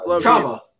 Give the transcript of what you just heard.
trauma